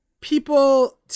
people